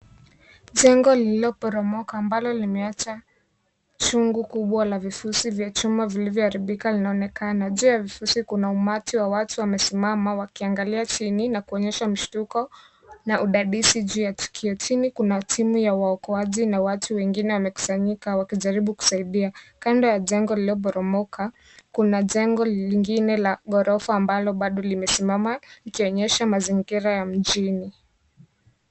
Jengo lililoporomoka ambalo limeacha chungu la vifusi vya chuma vilivyoharibika vinaonekana . Juu ya vifusi kuna umati wa watu wamesimama wakiangalia chini na kuonyesha mshtuko na udadisi juu ya tukio . Chini kuna timu ya waokoaji na watu wengine wamekusanyika wakijaribu kusaidia . Kando ya jengo lililoporomoka kuna jengo lingine la ghorofa ambalo bado limesimama ikionyesha mazingira ya mjini.